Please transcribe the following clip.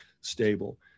stable